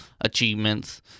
achievements